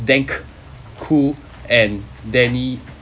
dank khoo and danny